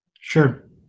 Sure